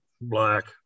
black